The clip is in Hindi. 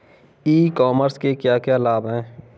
ई कॉमर्स के क्या क्या लाभ हैं?